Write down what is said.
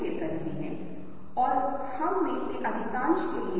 तो जो मूल रूप से होता है वह फ़िल्टरिंग की एक प्रक्रिया है